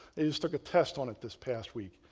they just took a test on it this past week.